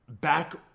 Back